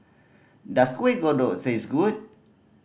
does Kuih Kodok taste good